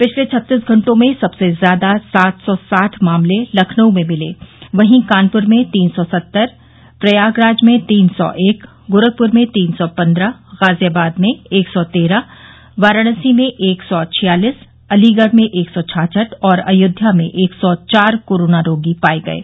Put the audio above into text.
पिछले छत्तीस घंटों में सबसे ज्यादा सात सौ साठ मामले लखनऊ में मिले वहीं कानप्र में तीन सौ सत्तर प्रयागराज में तीन सौ एक गोरखपुर में तीन सौ पंद्रह गाजियाबाद में एक सौ तेरह वाराणसी में एक सौ छियालिस अलीगढ़ में एक सौ छाछठ और अयोध्या में एक सौ चार कोरोना रोगी पाये गये